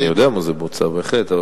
אני יודע מה זה בוצה, בהחלט.